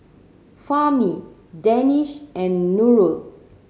Fahmi Danish and Nurul